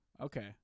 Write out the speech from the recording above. Okay